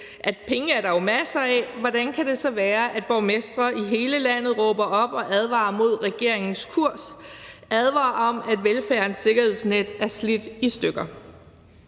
udtalt, jo er masser af penge, hvordan kan det så være, at borgmestre i hele landet råber op og advarer mod regeringens kurs og om, at velfærdens sikkerhedsnet er slidt i stykker?